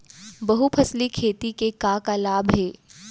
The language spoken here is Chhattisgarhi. बहुफसली खेती के का का लाभ हे?